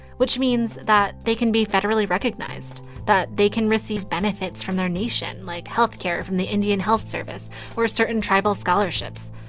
which means that they can be federally recognized, that they can receive benefits from their nation, like health care from the indian health service or certain tribal scholarships.